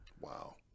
Wow